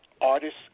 artists